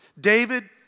David